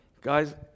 guys